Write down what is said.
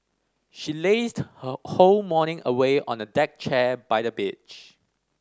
she lazed her whole morning away on a deck chair by the beach